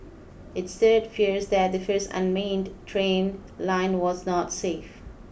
it stirred fears that the first unmanned train line was not safe